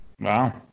Wow